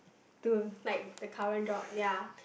to like the current job ya